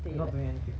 we not doing anything